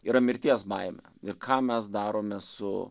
yra mirties baimė ir ką mes darome su